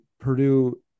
Purdue